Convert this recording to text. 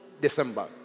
December